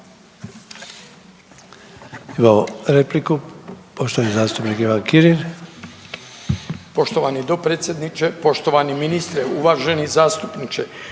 Imamo repliku, poštovani zastupnik Ivan Kirin.